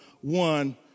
one